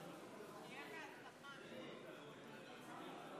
מי מחברי האופוזיציה ביקש להצביע והצבעתו לא נרשמה?